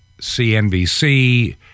CNBC